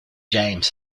james